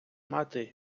мати